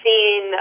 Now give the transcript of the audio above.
seen